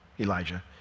Elijah